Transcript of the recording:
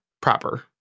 Proper